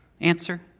Answer